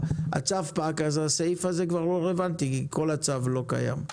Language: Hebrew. הצו פג אז הסעיף הזה כבר לא רלוונטי כי כל הצו לא קיים.